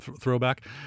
throwback